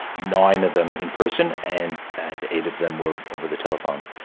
nine of them in person, and and eight of them were over the telephone.